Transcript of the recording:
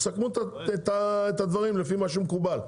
תסכמו את הדברים לפי מה שמקובל.